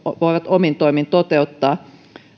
voivat omin toimin toteuttaa